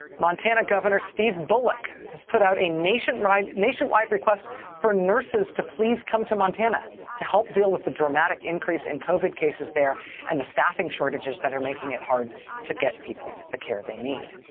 montana governor steve bullock has put out a nationwide nationwide request for nurses to please come to montana to help deal with the dramatic increase in covid cases there and the staffing shortages that are making it hard to get people the care they need.